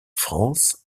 france